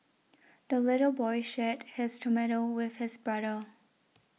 the little boy shared his tomato with his brother